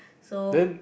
so